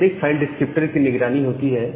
प्रत्येक file descriptor की निगरानी होती है